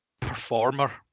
performer